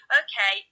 okay